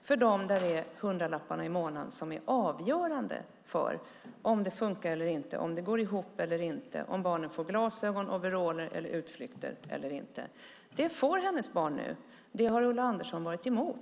För dem är hundralapparna avgörande för om det funkar eller inte, om det går ihop eller inte, om barnen får glasögon, overaller eller utflykter eller inte. Det får den här mammans barn nu. Det har Ulla Andersson varit emot.